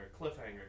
cliffhanger